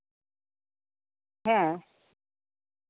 ᱦᱮᱸ